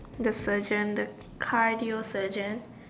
the surgeon the cardio surgeon